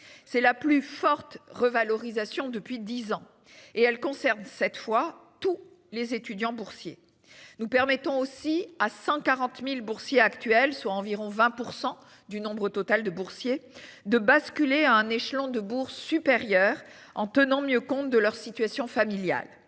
C'est la plus forte revalorisation depuis 10 ans et elle concerne cette fois tous les étudiants boursiers nous permettons aussi à 140.000 boursiers actuels, soit environ 20% du nombre total de boursiers de basculer à un échelon de bourse supérieure en tenant mieux compte de leur situation familiale.